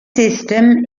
system